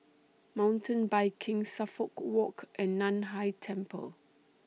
Mountain Biking Suffolk Walk and NAN Hai Temple